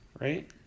right